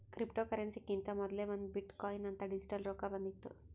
ಕ್ರಿಪ್ಟೋಕರೆನ್ಸಿಕಿಂತಾ ಮೊದಲೇ ಒಂದ್ ಬಿಟ್ ಕೊಯಿನ್ ಅಂತ್ ಡಿಜಿಟಲ್ ರೊಕ್ಕಾ ಬಂದಿತ್ತು